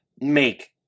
make